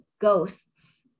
Ghosts